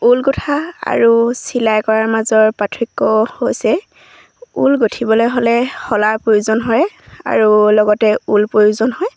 ঊল গোঁঠা আৰু চিলাই কৰাৰ মাজৰ পাৰ্থক্য হৈছে ঊল গোঁঠিবলৈ হ'লে শলাৰ প্ৰয়োজন হয় আৰু লগতে ঊল প্ৰয়োজন হয়